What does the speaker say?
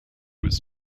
was